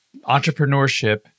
Entrepreneurship